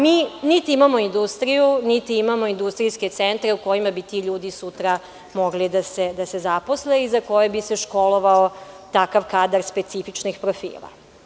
Mi niti imamo industriju, niti imamo industrijske centre u kojima bi ti ljudi sutra mogli da se zaposle i za koje bi se školovao takav kadar specifičnih profila.